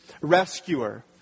rescuer